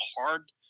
hard